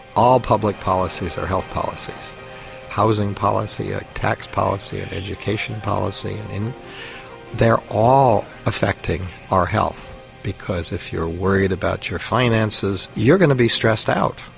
all public policies are health policies a housing policy, a tax policy, an education policy, they are all affecting our health because if you're worried about your finances you're going to be stressed out.